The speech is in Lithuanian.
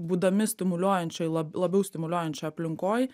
būdami stimuliuojančioj lab labiau stimuliuojančioj aplinkoj